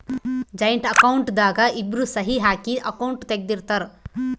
joint account ದಾಗ ಇಬ್ರು ಸಹಿ ಹಾಕಿ ಅಕೌಂಟ್ ತೆಗ್ದಿರ್ತರ್